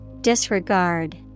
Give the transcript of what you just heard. Disregard